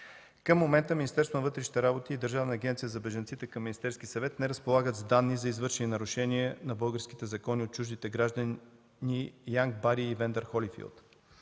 Към момента Министерството на вътрешните работи и Държавна агенция за бежанците към Министерския съвет не разполагат с данни за извършени нарушения на българските закони от чуждите граждани Янк Бери и Ивендър Холифийлд.